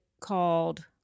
called